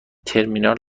ترمینال